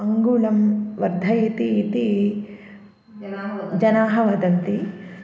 अङ्गुलं वर्धयति इति जनाः वदन्ति